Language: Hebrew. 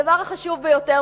הדבר החשוב ביותר,